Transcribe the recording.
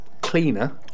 cleaner